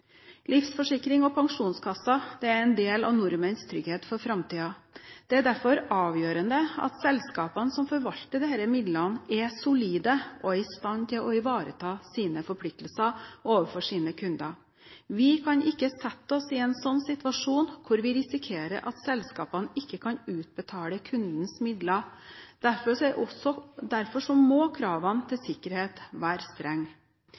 Livsforsikring og pensjonskassen er en del av nordmenns trygghet for framtiden. Det er derfor avgjørende at selskapene som forvalter disse midlene, er solide og i stand til å ivareta sine forpliktelser overfor sine kunder. Vi kan ikke sette oss i en slik situasjon at vi risikerer at selskapene ikke kan utbetale kundens midler. Derfor må kravene til sikkerhet være strenge.